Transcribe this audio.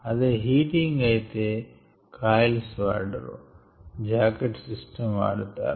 అదే హీటింగ్ అయితే కాయిల్స్ వాడారు జాకెట్ సిస్టం వాడతారు